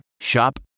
Shop